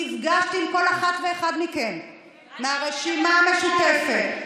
נפגשתי עם כל אחד ואחת מכם מהרשימה המשותפת.